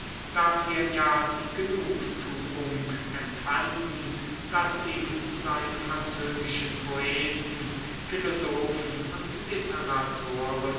da wir ja die genugtuung empfanden daß ihm seine französischen poeten philosophen und literatoren